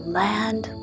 land